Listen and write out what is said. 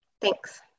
Thanks